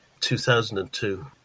2002